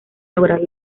lograr